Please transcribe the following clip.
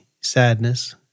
sadness